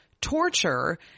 torture